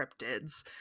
cryptids